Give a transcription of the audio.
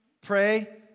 Pray